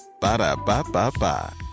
Ba-da-ba-ba-ba